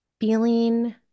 feeling